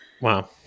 Wow